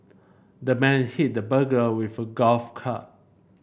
the man hit the burglar with a golf club